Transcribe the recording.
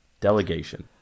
delegation